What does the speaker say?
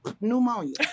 pneumonia